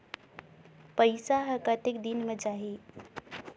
पइसा हर कतेक दिन मे जाही?